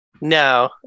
No